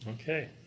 Okay